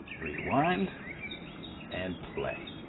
rewind and play.